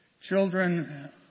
Children